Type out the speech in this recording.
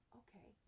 okay